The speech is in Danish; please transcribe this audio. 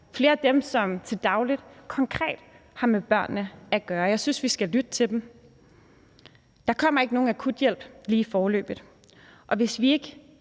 flere af dem, som til daglig konkret har med børnene at gøre. Jeg synes, at vi skal lytte til dem. Der kommer ikke nogen akuthjælp lige foreløbig, og hvis vi ikke